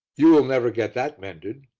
you will never get that mended.